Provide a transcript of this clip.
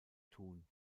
thun